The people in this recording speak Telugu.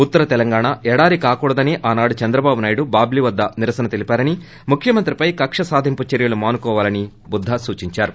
ఉత్తర తెలంగాణ ఎడారి కాకూడిదనే ఆనాడు చంద్రబాబు నాయుడు బాబ్లీ వద్ద నిరసన తెలివారని ముఖ్యమంత్రిపై కక్క్య సాధింపు చర్యలను మానుకోవాలని బుద్దా సూచించారు